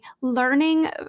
learning